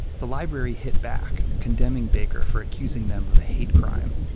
the library hit back, condemning baker for accusing them of a hate crime,